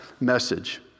message